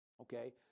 Okay